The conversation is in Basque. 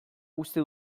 uste